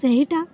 ସେହିଟା